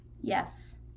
yes